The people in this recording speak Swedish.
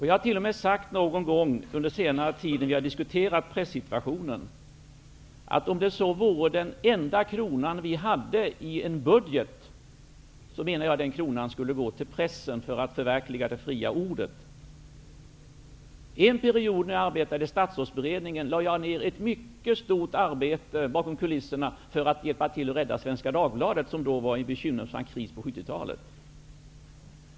Jag har t.o.m. sagt någon gång under senare tid, när vi har diskuterat pressituationen, att om det så vore den enda kronan vi hade i en budget, så menar jag att den kronan skulle gå till pressen för att förverkliga det fria ordet. En period, när jag arbetade i statsrådsberedningen, lade jag ner ett mycket stort arbete bakom kulisserna för att hjälpa till att rädda Svenska Dagbladet, som var i bekymmersam kris på 70 talet.